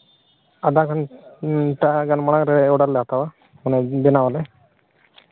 ᱟᱫᱷᱟ ᱜᱷᱚᱱᱴᱟ ᱜᱟᱱ ᱢᱟᱲᱟᱝ ᱨᱮ ᱚᱰᱟᱨ ᱞᱮ ᱦᱟᱛᱟᱣᱟ ᱵᱮᱱᱟᱣ ᱟᱞᱮ